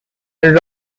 and